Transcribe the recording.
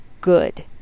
good